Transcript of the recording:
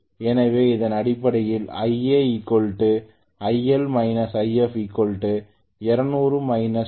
எனவே இது அடிப்படையில் I a I L I f 200 2